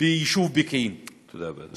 ביישוב פקיעין, תודה רבה, אדוני.